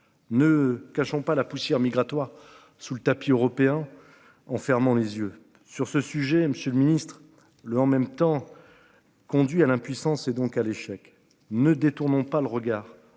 ne cachons pas la poussière migratoire sous le tapis européens en fermant les yeux sur ce sujet, Monsieur le Ministre le en même temps. Conduit à l'impuissance et donc à l'échec ne détournons pas le regard